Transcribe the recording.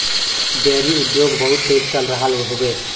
dairy उद्योग बहुत तेज चल रहल हउवे